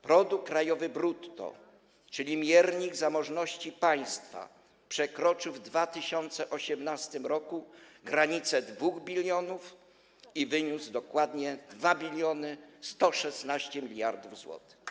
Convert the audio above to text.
Produkt krajowy brutto, czyli miernik zamożności państwa, przekroczył w 2018 r. granicę 2 bln i wyniósł dokładnie 2116 mld zł.